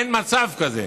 אין מצב כזה.